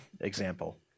example